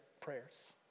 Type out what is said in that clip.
prayers